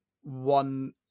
one